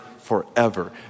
forever